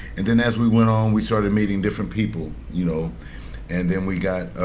and then as we went on, we started meeting different people. you know and then we got